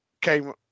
came